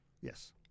Yes